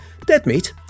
Deadmeat